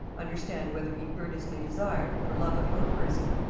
understand whether he earnestly desired, for love of your person,